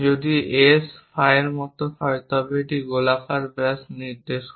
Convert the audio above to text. যদি এটি S phi এর মতো হয় তবে এটি গোলাকার ব্যাস নির্দেশ করে